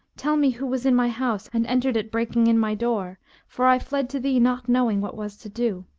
tell me who was in my house and entered it breaking in my door for i fled to thee not knowing what was to do